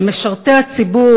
והם משרתי הציבור,